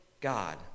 God